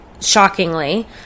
shockingly